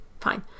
fine